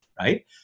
right